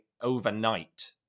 overnight